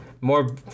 More